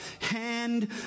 hand